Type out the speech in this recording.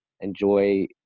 enjoy